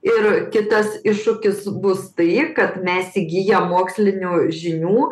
ir kitas iššūkis bus tai kad mes įgiję mokslinių žinių